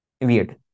Weird